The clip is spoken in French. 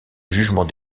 jugement